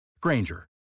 Granger